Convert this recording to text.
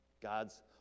God's